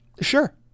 Sure